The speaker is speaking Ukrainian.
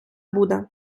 буде